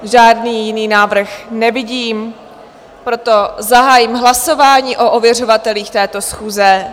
Žádný jiný návrh nevidím, proto zahájím hlasování o ověřovatelích této schůze.